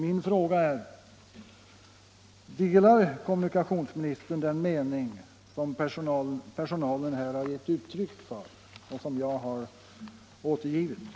Min fråga är: Delar kommunikationsministern den mening som personalen givit uttryck för och som jag här har återgivit?